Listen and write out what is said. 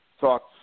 thoughts